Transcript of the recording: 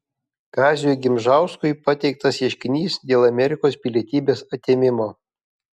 kaziui gimžauskui pateiktas ieškinys dėl amerikos pilietybės atėmimo